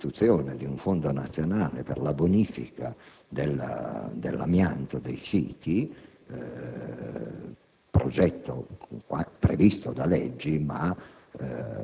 per l'istituzione di un Fondo nazionale per la bonifica dell'amianto dai siti, secondo un progetto già regolato da leggi, ma